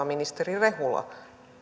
ministeri rehula vastaa